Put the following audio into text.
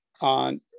on